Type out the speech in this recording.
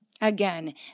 Again